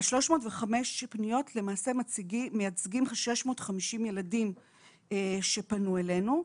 ה-305 פניות, למעשה מייצגים 650 ילדים שפנו אלינו.